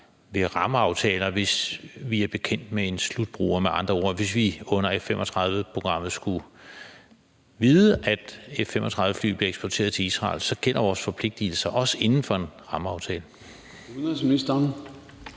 ved rammeaftaler, hvis vi er bekendt med en slutbruger, med andre ord at hvis vi under F-35-programmet skulle vide, at F-35-fly bliver eksporteret til Israel, så gælder vores forpligtigelser også inden for en rammeaftale. Kl.